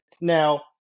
Now